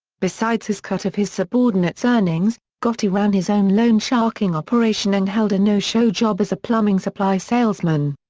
besides his cut of his subordinates' earnings, gotti ran his own loan sharking operation and held a no-show job as a plumbing supply salesman.